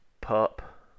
Pup